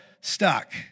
stuck